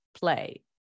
play